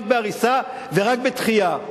רק בהריסה ורק בדחייה.